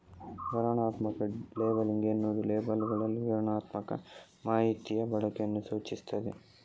ವಿವರಣಾತ್ಮಕ ಲೇಬಲಿಂಗ್ ಎನ್ನುವುದು ಲೇಬಲ್ಲುಗಳಲ್ಲಿ ವಿವರಣಾತ್ಮಕ ಮಾಹಿತಿಯ ಬಳಕೆಯನ್ನ ಸೂಚಿಸ್ತದೆ